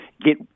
get